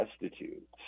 destitute